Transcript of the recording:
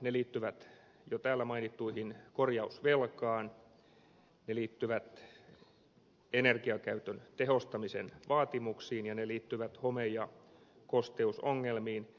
ne liittyvät jo täällä mainittuihin korjausvelkaan energiankäytön tehostamisen vaatimuksiin ja home ja kosteusongelmiin